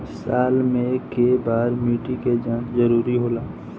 साल में केय बार मिट्टी के जाँच जरूरी होला?